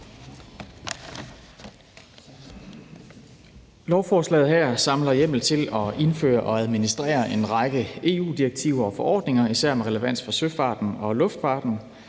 Lovforslaget her samler hjemmel til at indføre og administrere en række EU-direktiver og -forordninger, især med relevans for søfarten og luftfarten,